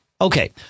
Okay